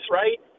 right